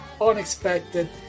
unexpected